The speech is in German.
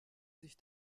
sich